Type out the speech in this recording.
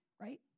right